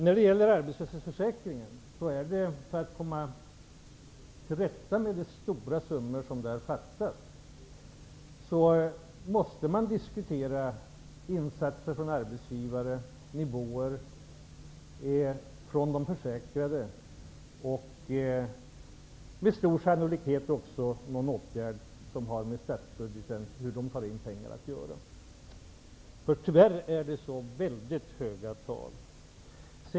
När det gäller arbetslöshetsförsäkringen måste man diskutera insatser från arbetsgivare för att komma till rätta med de stora summor som fattas. Man måste diskutera nivåer för de försäkrade och med stor sannolikhet också någon åtgärd som har med statsbudgeten att göra, hur pengarna kommer in. Tyvärr är det fråga om mycket höga tal.